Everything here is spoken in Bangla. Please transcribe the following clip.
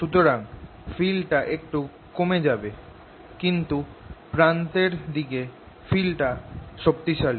সুতরাং ফিল্ডটা একটু কমে যাবে কিন্তু প্রান্তের দিকে ফিল্ডটা শক্তিশালী